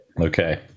Okay